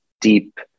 deep